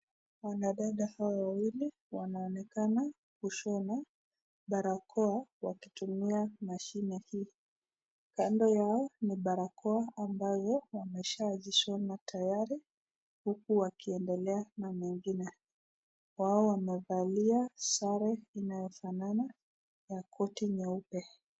Wanadada hawa wawili wanaonekana kushona barakoa wakitumia mashine hii, kando yao ni barakoa ambayo wameshazishona tayari huku wakiendelea na mengine. Wao wamevaliwa sare inayofanana ya koti nyeupe.